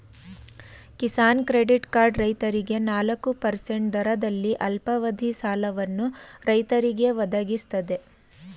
Kisan credit card ರೈತರಿಗೆ ನಾಲ್ಕು percent ದರದಲ್ಲಿ ಅಲ್ಪಾವಧಿ ಸಾಲವನ್ನು ರೈತರಿಗೆ ಒದಗಿಸ್ತದೆ